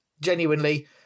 Genuinely